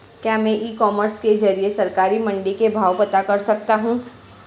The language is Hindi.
क्या मैं ई कॉमर्स के ज़रिए सरकारी मंडी के भाव पता कर सकता हूँ?